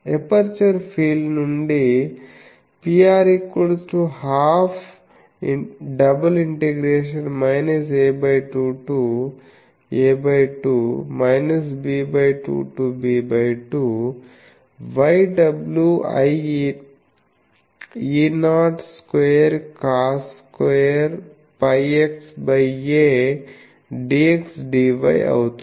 aperture field నుండి Pr ½ ∬ a2 to a2 b2 to b2YwIE0I2cos2πxadxdy అవుతుంది